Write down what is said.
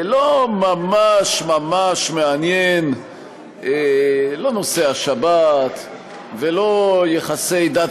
לא ממש ממש מעניין לא נושא השבת ולא יחסי דת